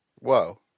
Whoa